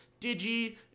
Digi